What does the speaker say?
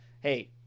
hey